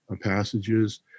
passages